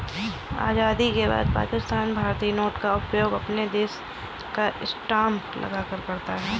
आजादी के बाद पाकिस्तान भारतीय नोट का उपयोग अपने देश का स्टांप लगाकर करता था